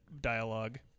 dialogue